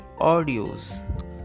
audios